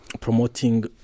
promoting